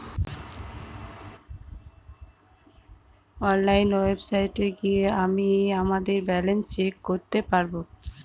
online ওয়েবসাইটে গিয়ে আমিই আমাদের ব্যালান্স চেক করতে পারবো